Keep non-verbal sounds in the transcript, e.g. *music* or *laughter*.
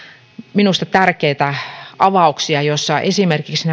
minusta tärkeitä avauksia joissa esimerkiksi *unintelligible*